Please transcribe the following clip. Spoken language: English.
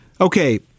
Okay